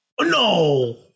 No